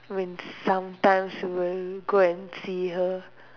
when sometimes we will go and see her